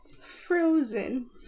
Frozen